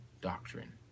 doctrine